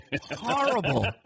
horrible